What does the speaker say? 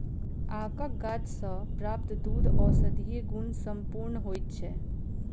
आकक गाछ सॅ प्राप्त दूध औषधीय गुण सॅ पूर्ण होइत छै